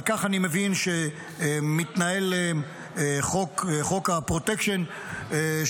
על כך אני מבין שחוק הפרוטקשן שמתנהל,